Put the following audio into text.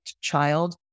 child